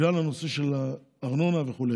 בגלל הנושא של הארנונה וכו'.